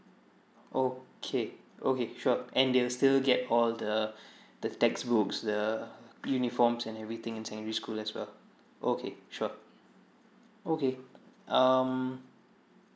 okay okay sure and they will still get all the the textbooks the uniforms and everything in secondary school as well okay sure okay um